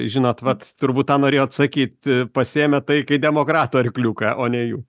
žinot vat turbūt tą norėjot sakyt pasiėmė tai kai demokratų arkliuką o ne jų